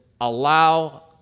allow